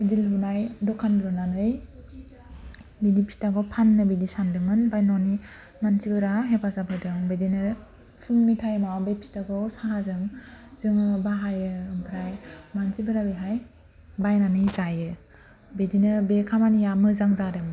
बिदि लुनाय दखान लुनानै बिदि पिथाखौ फाननो बिदि सानदोंमोन ओमफ्राय न'नि मानसिफोरा हेफाजाब होदों बिदिनो फुंनि टाइमाव बे फिथाखौ साहाजों जोङो बाहायो ओमफ्राय मानसिफोरा बेहाय बायनानै जायो बिदिनो बे खामानिया मोजां जादों